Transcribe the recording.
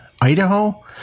Idaho